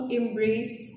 embrace